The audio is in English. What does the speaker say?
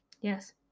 Yes